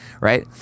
right